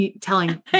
telling